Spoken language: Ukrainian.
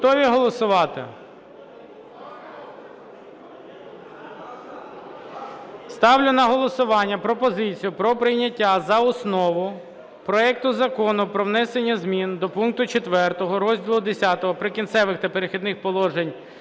Готові голосувати? Ставлю на голосування пропозицію про прийняття за основу проекту Закону про внесення змін до пункту 4 розділу Х "Прикінцеві та перехідні положення"